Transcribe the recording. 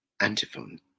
antiphon